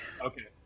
Okay